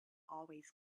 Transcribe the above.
always